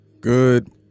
Good